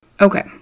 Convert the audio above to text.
Okay